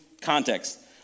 context